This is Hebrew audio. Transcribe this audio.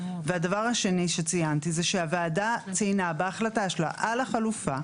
הדבר השני שציינתי זה שהוועדה ציינה בהחלטתה על החלופה,